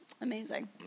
Amazing